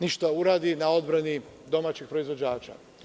ništa uradi na odbrani domaći proizvođača.